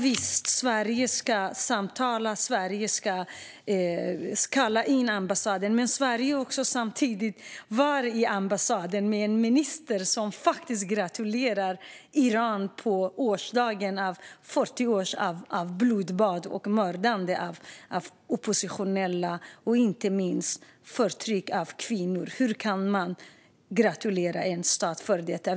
Visst ska Sverige kalla in ambassadören. Men Sverige har också en minister som varit på ambassaden och gratulerat Iran på årsdagen av 40 års blodbad, mördande av oppositionella och inte minst förtryck av kvinnor. Hur kan man gratulera en stat för detta?